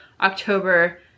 October